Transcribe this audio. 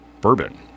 Bourbon